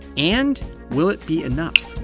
and will it be enough?